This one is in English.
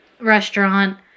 restaurant